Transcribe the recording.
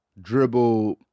dribble